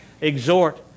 exhort